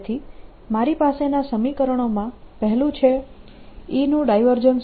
તેથી મારી પાસેનાં સમીકરણોમાં પહેલું છે E નું ડાયવર્જન્સ